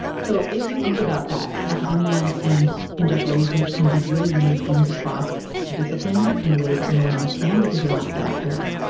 so if you think about that, like academia and industrial research can do really unique things across disciplines in ways that no one else can, because they're not set up for that.